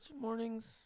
mornings